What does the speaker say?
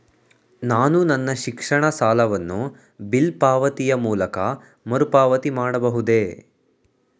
ನಾನು ನನ್ನ ಶಿಕ್ಷಣ ಸಾಲವನ್ನು ಬಿಲ್ ಪಾವತಿಯ ಮೂಲಕ ಮರುಪಾವತಿ ಮಾಡಬಹುದೇ?